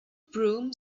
broom